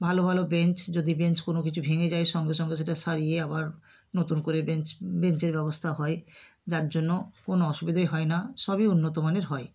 ভালো ভালো বেঞ্চ যদি বেঞ্চ কোনো কিছু ভেঙে যায় সঙ্গে সঙ্গে সেটা সারিয়ে আবার নতুন করে বেঞ্চ বেঞ্চের ব্যবস্থা হয় যার জন্য কোনো অসুবিধেই হয় না সবই উন্নত মানের হয়